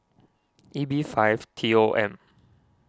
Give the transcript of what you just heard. E B five T O M